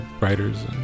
writers